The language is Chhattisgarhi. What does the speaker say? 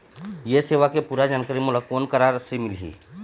ये सेवा के पूरा जानकारी मोला कोन करा से मिलही?